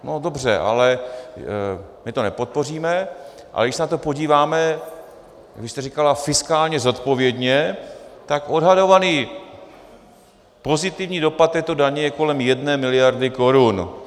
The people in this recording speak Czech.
No dobře, ale my to nepodpoříme, ale když se na to podíváme, vy jste říkala fiskálně zodpovědně, tak odhadovaný pozitivní dopad této daně je kolem jedné miliardy korun.